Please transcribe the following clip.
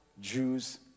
Jews